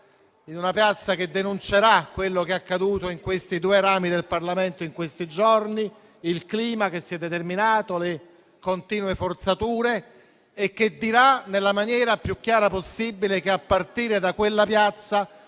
in una piazza che denuncerà quello che è accaduto in questi due rami del Parlamento in questi giorni, il clima che si è determinato, le continue forzature e che dirà nella maniera più chiara possibile che a partire da quella piazza